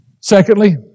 Secondly